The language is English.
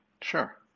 Sure